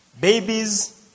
Babies